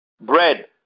bread